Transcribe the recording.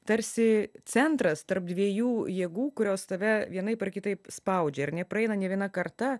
tarsi centras tarp dviejų jėgų kurios tave vienaip ar kitaip spaudžia ir nepraeina nė viena karta